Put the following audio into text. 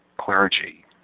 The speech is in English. clergy